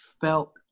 felt